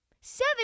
Seven